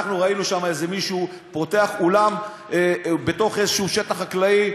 ראינו שם איזה מישהו פותח אולם בתוך שטח חקלאי,